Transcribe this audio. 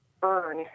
burn